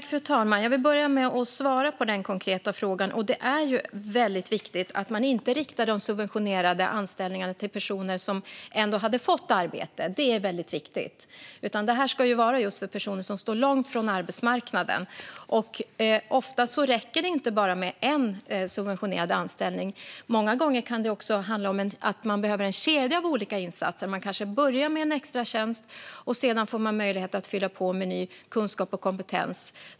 Fru talman! Jag vill börja med att svara på den konkreta frågan. Det är viktigt att man inte riktar de subventionerade anställningarna till personer som ändå hade fått arbete. Det här ska vara för personer som står långt ifrån arbetsmarknaden. Ofta räcker det inte bara med en enda subventionerad anställning, utan många gånger kan det handla om att man behöver en kedja av olika insatser. Man kanske börjar med en extratjänst, och sedan får man möjlighet att fylla på med ny kunskap och kompetens.